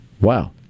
Wow